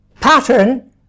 pattern